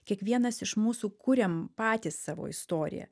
kiekvienas iš mūsų kuriam patys savo istoriją